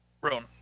Roan